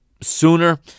sooner